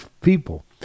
people